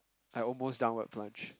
a almost downward plunge